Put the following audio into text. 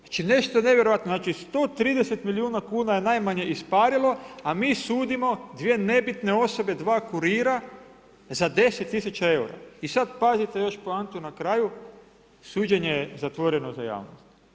Znači nešto nevjerojatno, znači 130 milijuna kuna je najmanje isparilo a mi sudimo 2 nebitne osobe, 2 kurira za 10 000 eura i sad pazite još poantu na kraju, suđenje je zatvoreno za javnost.